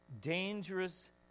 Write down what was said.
dangerous